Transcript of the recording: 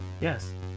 Yes